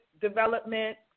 development